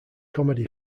comedy